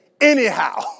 anyhow